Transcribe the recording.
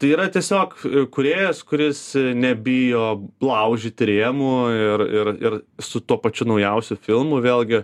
tai yra tiesiog kūrėjas kuris nebijo laužyti rėmų ir ir ir su tuo pačiu naujausiu filmu vėlgi